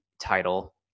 title